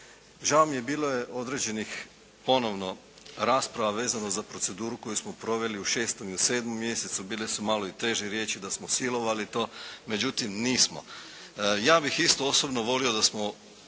Žao mi je, bilo je određenih ponovno rasprava vezano za proceduru koju smo proveli u 6. i u 7. mjesecu. Bile su i malo teže riječi da smo silovali to. Međutim nismo. Ja bih isto osobno volio da smo